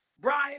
brian